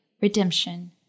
redemption